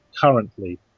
currently